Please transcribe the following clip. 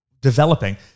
developing